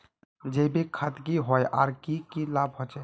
जैविक खाद की होय आर की की लाभ होचे?